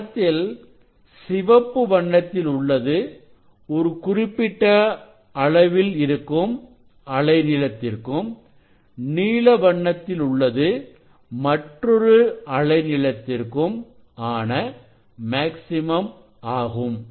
படத்தில் சிவப்பு வண்ணத்தில் உள்ளது ஒரு குறிப்பிட்ட அளவில் இருக்கும் அலை நீளத்திற்கும் நீல வண்ணத்தில் உள்ளது மற்றொரு அலை நீளத்திற்கும் ஆன மேக்ஸிமம் ஆகும்